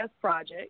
project